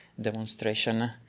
demonstration